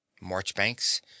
Marchbanks